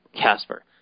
Casper